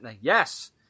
Yes